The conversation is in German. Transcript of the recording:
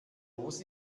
los